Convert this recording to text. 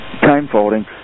Time-folding